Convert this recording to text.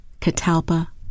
catalpa